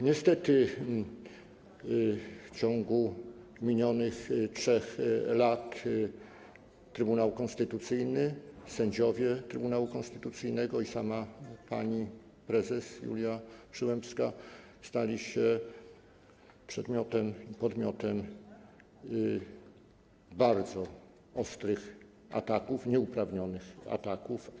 Niestety w ciągu minionych 3 lat Trybunał Konstytucyjny, sędziowie Trybunału Konstytucyjnego i sama pani prezes Julia Przyłębska stali się przedmiotem i podmiotem bardzo ostrych ataków, nieuprawnionych ataków.